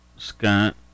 Scott